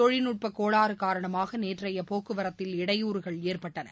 தொழில்நுட்ப கோளாறு காரணமாக நேற்றைய போக்குவரத்தில் இடையூறுகள் ஏற்பட்டன